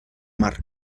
mar